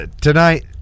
Tonight